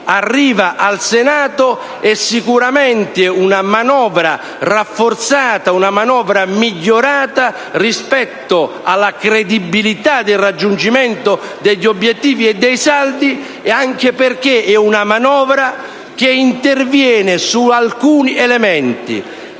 arriva al Senato è sicuramente una manovra rafforzata e migliorata rispetto alla credibilità circa il raggiungimento degli obiettivi e dei saldi. Questo anche perché è una manovra che interviene su alcuni elementi